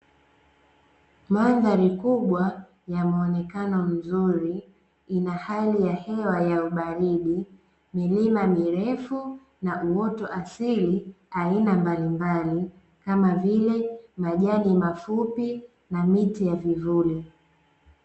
Mandhari kubwa ya muonekano mzuri ina hali ya hewa ya ubaridi, milima mirefu na uoto wa asili aina mbalimbali, kama vile: majani mafupi na miti ya vivuli.